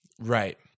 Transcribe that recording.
Right